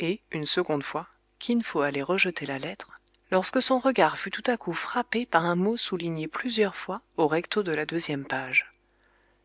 et une seconde fois kin fo allait rejeter la lettre lorsque son regard fut tout à coup frappé par un mot souligné plusieurs fois au recto de la deuxième page